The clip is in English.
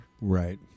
right